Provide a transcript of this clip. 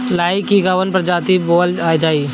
लाही की कवन प्रजाति बोअल जाई?